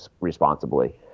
responsibly